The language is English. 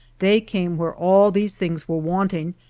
they came where all these things were wanting,